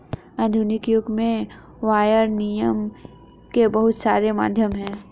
आधुनिक युग में वायर विनियम के बहुत सारे माध्यम हैं